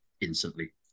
instantly